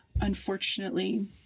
unfortunately